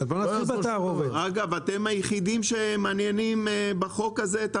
אגב אתם היחידים שמעניינים בחוק הזה את הוועדה,